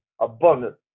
abundance